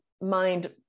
mind